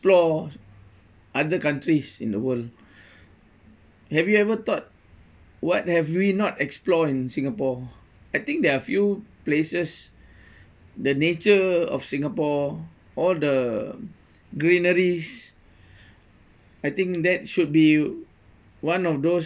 explore other countries in the world have you ever thought what have we not explore in singapore I think there are a few places the nature of singapore all the greeneries I think that should be one of those